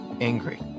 angry